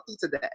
today